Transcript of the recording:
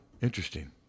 Interesting